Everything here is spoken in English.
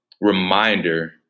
reminder